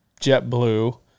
JetBlue